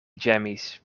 ĝemis